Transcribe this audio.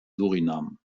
suriname